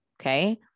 okay